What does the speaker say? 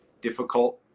difficult